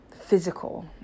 physical